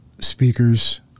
speakers